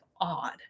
odd